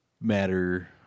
matter